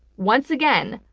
once again,